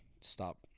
stop